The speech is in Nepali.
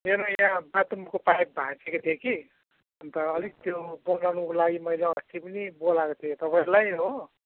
मेरो यहाँ बाथरुमको पाइप भाँचिएको थियो कि अन्त अलिक त्यो को लागि मैले अस्ति पनि बोलाएको थिएँ तपाईँलाई हो